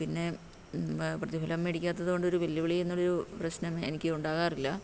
പിന്നെ പ്രതിഭലം മേടിക്കാത്തത് കൊണ്ടൊരു വെല്ലുവിളിയെന്നുള്ളൊരു പ്രശ്നം എനിക്ക് ഉണ്ടാകാറില്ല